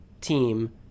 team